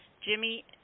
Jimmy